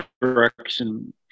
direction